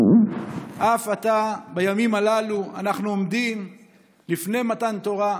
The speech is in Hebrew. אף עתה, בימים הללו, אנחנו עומדים לפני מתן תורה.